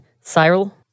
Cyril